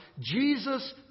Jesus